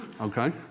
okay